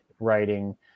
writing